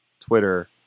Twitter